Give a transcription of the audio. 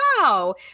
wow